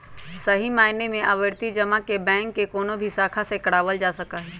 सही मायने में आवर्ती जमा के बैंक के कौनो भी शाखा से करावल जा सका हई